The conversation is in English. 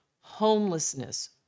homelessness